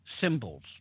symbols